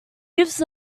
gifts